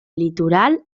litoral